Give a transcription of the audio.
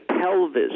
pelvis